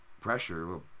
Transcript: pressure